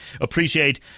Appreciate